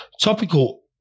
Topical